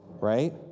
Right